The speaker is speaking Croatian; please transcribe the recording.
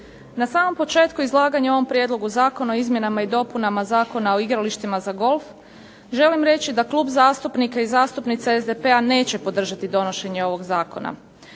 Na samom početku izlaganja o ovom Prijedloga zakona o izmjenama i dopunama Zakona o igralištima za golf s Konačnim prijedlogom zakona želim reći da Klub zastupnika i zastupnica SDP-a neće podržati donošenje ovog zakona.